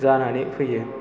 जानानै फैयो